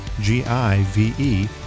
G-I-V-E